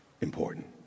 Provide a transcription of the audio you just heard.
important